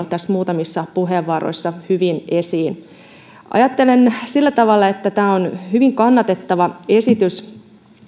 tässä jo muutamissa puheenvuoroissa hyvin esiin ajattelen sillä tavalla että tämä on hyvin kannatettava esitys